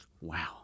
Wow